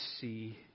see